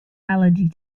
allergy